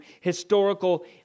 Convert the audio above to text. historical